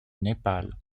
népal